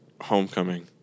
Homecoming